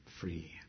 free